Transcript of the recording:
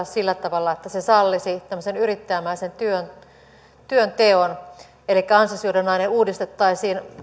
sillä tavalla että se sallisi tämmöisen yrittäjämäisen työnteon elikkä ansiosidonnainen uudistettaisiin